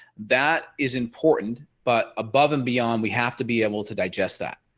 that is important but above and beyond we have to be able to digest that.